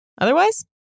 Otherwise